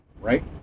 right